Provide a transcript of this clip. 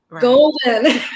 golden